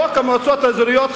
את חוק המועצות האזוריות,